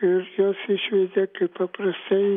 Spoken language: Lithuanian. ir juos išveitė kaip paprastai